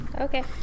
Okay